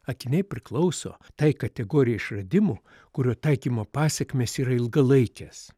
akiniai priklauso tai kategorijai išradimų kurio taikymo pasekmės yra ilgalaikės